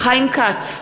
חיים כץ,